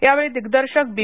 यावेळी दिग्दर्शक बी